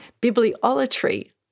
bibliolatry